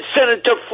Senator